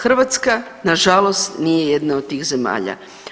Hrvatska nažalost nije jedna od tih zemalja.